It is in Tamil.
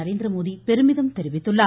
நரேந்திரமோடி பெருமிதம் தெரிவித்துள்ளார்